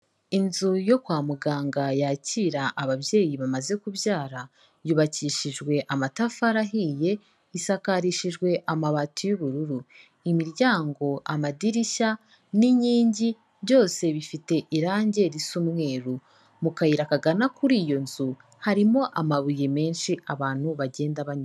Inzu yo kwa muganga yakira ababyeyi bamaze kubyara, yubakishijwe amatafari ahiye, isakarishijwe amabati y'ubururu, imiryango, amadirishya, n'inkingi, byose bifite irangi risa umweru, mu kayira kagana kuri iyo nzu, harimo amabuye menshi abantu bagenda banyura.